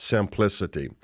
Simplicity